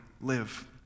live